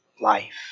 life